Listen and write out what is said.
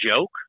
joke